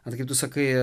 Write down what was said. argi tu sakai